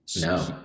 No